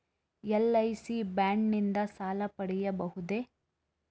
LIC bond ನಿಂದ ಸಾಲ ಪಡೆಯಬಹುದೇ?